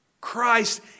Christ